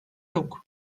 yok